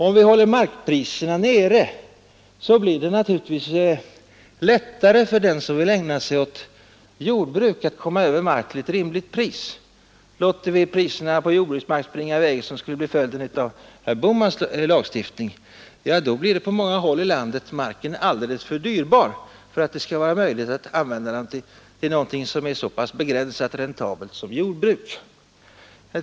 Om vi håller markpriserna nere, blir det naturligtvis också lättare för den som vill ägna sig åt jordbruk att komma över mark till ett rimligt pris. Det är bra. Låter vi priserna på jordbruksmarken springa i väg på sådant sätt, som skulle bli följden av herr Bohmans lagstiftning, ja, då blir på många håll i landet marken alldeles för dyrbar för att det skall bli möjligt att använda den till något som är så pass begränsat räntabelt som jordbruk.